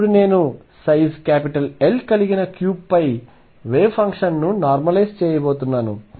ఇప్పుడు నేను size L కలిగిన క్యూబ్పై వేవ్ ఫంక్షన్ను నార్మలైజ్ చేయబోతున్నాను